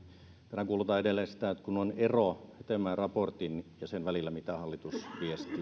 peräänkuulutan edelleen sitä että siksi kun on ero hetemäen raportin ja sen välillä mitä hallitus viestii ja